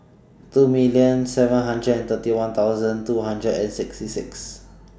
two million seven hundred and thirty one thousand two hundred and sixty six